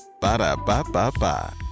Ba-da-ba-ba-ba